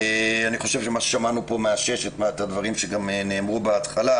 אני חושב שמה ששמענו פה מאשש את הדברים שנאמרו גם בהתחלה